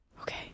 Okay